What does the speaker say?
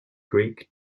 greek